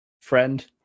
friend